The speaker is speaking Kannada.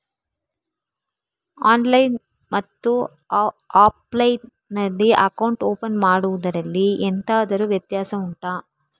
ಆನ್ಲೈನ್ ಮತ್ತು ಆಫ್ಲೈನ್ ನಲ್ಲಿ ಅಕೌಂಟ್ ಓಪನ್ ಮಾಡುವುದರಲ್ಲಿ ಎಂತಾದರು ವ್ಯತ್ಯಾಸ ಉಂಟಾ